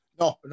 No